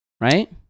right